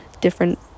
different